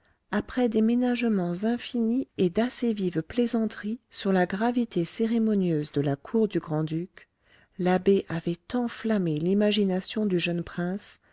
après des ménagements infinis et d'assez vives plaisanteries sur la gravité cérémonieuse de la cour du grand-duc l'abbé avait enflammé l'imagination du jeune prince